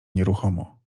nieruchomo